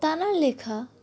তাঁর লেখা